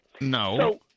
No